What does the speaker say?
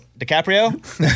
DiCaprio